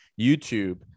YouTube